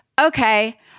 okay